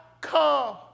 come